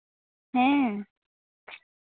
ᱦᱮᱸ